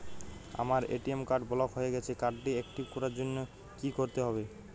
আমার ATM card block হয়ে গেছে কার্ড টি একটিভ করার জন্যে কি করতে হবে?